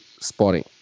spotting